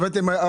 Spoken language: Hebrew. הבאתם לנו,